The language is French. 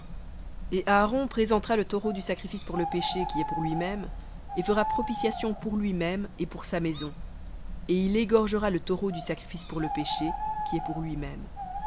et aaron présentera le taureau du sacrifice pour le péché qui est pour lui-même et fera propitiation pour lui-même et pour sa maison et il égorgera le taureau du sacrifice pour le péché qui est pour lui-même